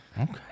Okay